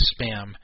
spam